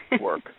work